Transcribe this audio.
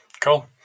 Cool